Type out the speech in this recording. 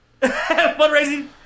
fundraising